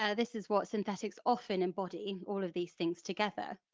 ah this is what synthetics often embody, all of these things together.